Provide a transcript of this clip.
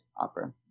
opera